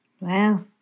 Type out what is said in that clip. Wow